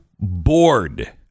bored